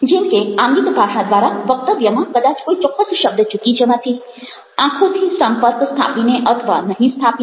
જેમ કે આંગિક ભાષા દ્વારા વક્તવ્યમાં કદાચ કોઈ ચોક્કસ શબ્દ ચૂકી જવાથી આંખોથી સંપર્ક સ્થાપીને અથવા નહિ સ્થાપીને